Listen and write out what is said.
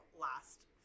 last